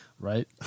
Right